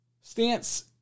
Stance